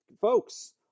folks